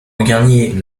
regagner